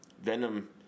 Venom